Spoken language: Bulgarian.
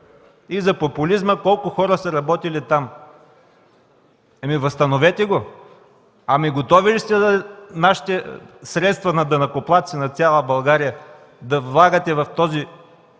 и за популизма колко хора са работили там. Ами, възстановете го! Готови ли сте нашите средства на данъкоплатци на цяла България да ги влагате в този